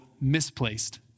misplaced